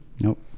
Nope